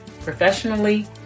professionally